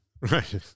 Right